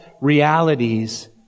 realities